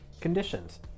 conditions